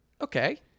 Okay